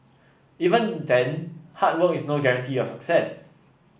even then hard work is no guarantee of success